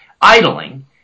idling